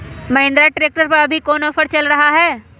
Mahindra tractor पर अभी कोन ऑफर चल रहा है?